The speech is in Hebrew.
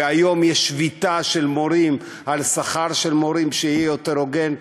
והיום יש שביתה של מורים על שכר של מורים שיהיה יותר הוגן,